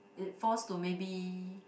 it force to maybe